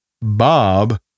Bob